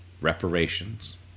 reparations